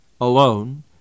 alone